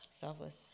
Selfless